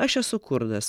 aš esu kurdas